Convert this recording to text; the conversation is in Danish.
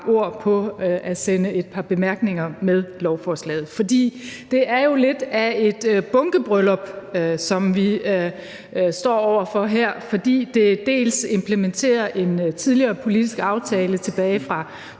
ord på at sende et par bemærkninger med lovforslaget. Det er jo lidt af et bunkebryllup, som vi står over for her. Det implementerer en tidligere politisk aftale tilbage fra